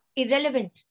irrelevant